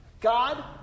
God